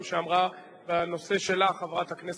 זה עלול בהחלט